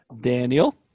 Daniel